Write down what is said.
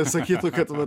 sakytų kad vat